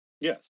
Yes